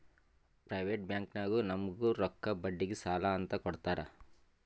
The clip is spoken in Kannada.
ಪ್ರೈವೇಟ್ ಬ್ಯಾಂಕ್ನಾಗು ನಮುಗ್ ರೊಕ್ಕಾ ಬಡ್ಡಿಗ್ ಸಾಲಾ ಅಂತ್ ಕೊಡ್ತಾರ್